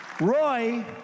Roy